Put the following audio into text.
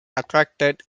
attracted